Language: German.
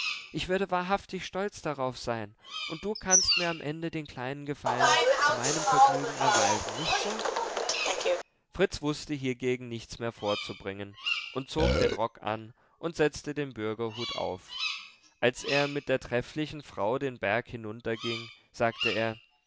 ich würde wahrhaftig stolz darauf sein und du kannst mir am ende den kleinen gefallen zu meinem vergnügen erweisen nicht so fritz wußte hiergegen nichts mehr vorzubringen und zog den rock an und setzte den bürgerhut auf als er mit der trefflichen frau den berg hinunterging sagte er